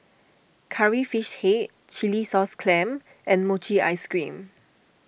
Curry Fish Head Chilli Sauce Clams and Mochi Ice Cream